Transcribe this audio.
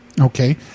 Okay